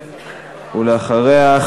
ואחריה,